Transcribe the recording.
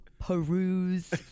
peruse